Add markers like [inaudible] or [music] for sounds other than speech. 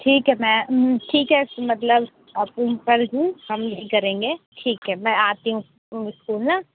ठीक है मैम ठीक है [unintelligible] मतलब हम यही करेंगे ठीक है मैं आती हूँ स्कूल ना